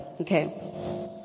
Okay